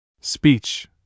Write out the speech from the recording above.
Speech